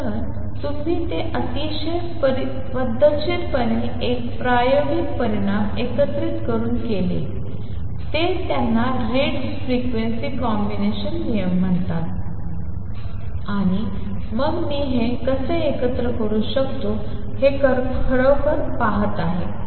तर तुम्ही ते अतिशय पद्धतशीरपणे एक प्रायोगिक परिणाम एकत्रित करून केले ते त्यांना रिट्झ फ्रिक्वेंसी कॉम्बिनेशन नियम म्हणतात आणि मग मी हे कसे एकत्र करू शकतो हे खरोखर पाहत आहे